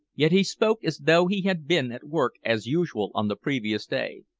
yet he spoke as though he had been at work as usual on the previous day.